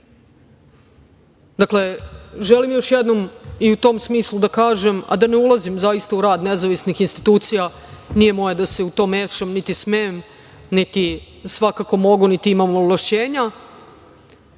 borimo. Dakle, želim još jednom i u tom smislu da kažem, a da ne ulazim zaista u rad nezavisnih institucija, nije moje da se u to mešam, niti smem, niti svakako mogu, niti imam ovlašćenja